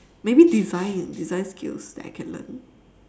maybe design design skills that I can learn